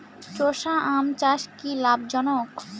চোষা আম চাষ কি লাভজনক?